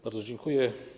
Bardzo dziękuję.